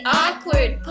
awkward